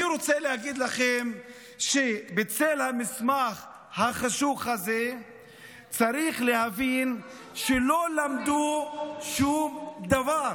אני רוצה להגיד לכם שבצל המסמך החשוך הזה צריך להבין שלא למדו שום דבר,